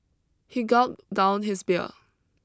he gulped down his beer